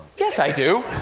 yes, i do.